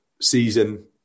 season